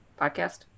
podcast